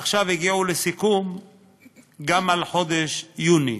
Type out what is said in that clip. עכשיו הגיעו לסיכום גם על חודש יוני,